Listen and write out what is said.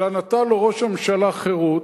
אלא נטל לו ראש הממשלה חירות,